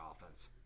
offense